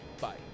Bye